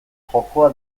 jokoa